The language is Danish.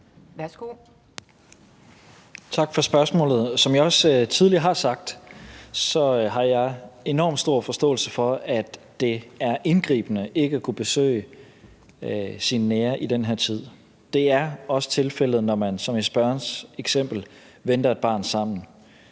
Tak for spørgsmålet. Som jeg også tidligere har sagt, har jeg enormt stor forståelse for, at det er indgribende ikke at kunne besøge sine nære i den her tid. Det er også tilfældet, når man som i spørgerens eksempel venter et barn sammen.